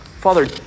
Father